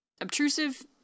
obtrusive